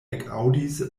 ekaŭdis